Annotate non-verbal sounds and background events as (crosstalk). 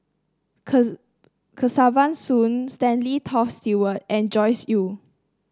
(unintelligible) Kesavan Soon Stanley Toft Stewart and Joyce Jue